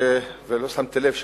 ולא שמתי לב,